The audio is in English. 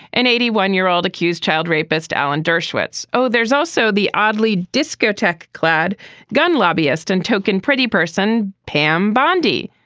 an eighty one year old accused child rapist, alan dershowitz. oh, there's also the oddly discotheque clad gun lobbyist and token pretty person, pam bondi,